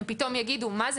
הם פתאום יגידו מה זה?